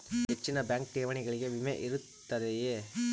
ಹೆಚ್ಚಿನ ಬ್ಯಾಂಕ್ ಠೇವಣಿಗಳಿಗೆ ವಿಮೆ ಇರುತ್ತದೆಯೆ?